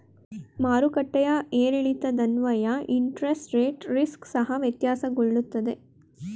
ಮಾರುಕಟ್ಟೆಯ ಏರಿಳಿತದನ್ವಯ interest rate risk ಸಹ ವ್ಯತ್ಯಾಸಗೊಳ್ಳುತ್ತದೆ